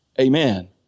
Amen